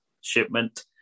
shipment